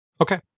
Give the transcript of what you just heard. Okay